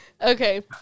Okay